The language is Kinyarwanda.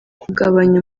kugabanya